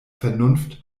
vernunft